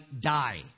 die